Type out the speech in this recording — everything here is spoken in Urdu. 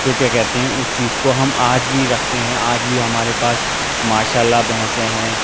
جو کیا کہتے ہیں اس چیز کو ہم آج بھی رکھتے ہیں آج بھی ہمارے پاس ماشاء اللہ بھینسیں ہیں